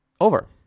over